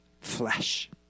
flesh